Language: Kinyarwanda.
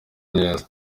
neza